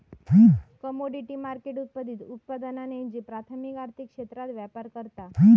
commodity market उत्पादित उत्पादनांऐवजी प्राथमिक आर्थिक क्षेत्रात व्यापार करता